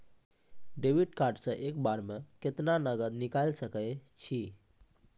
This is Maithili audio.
डेबिट कार्ड से एक बार मे केतना नगद निकाल सके छी?